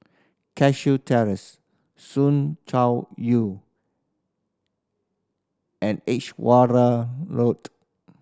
Cashew Terrace Soo Chow You and Edge Road